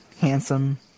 handsome